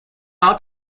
out